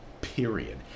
Period